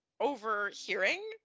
overhearing